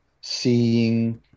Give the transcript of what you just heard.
seeing